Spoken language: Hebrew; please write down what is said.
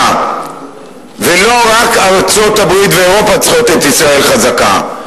ולא רק הן צריכות את ישראל חזקה,